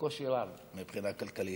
בקושי רב מבחינה כלכלית.